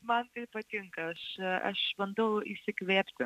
man patinka aš aš bandau įsikvėpti